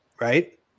right